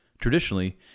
Traditionally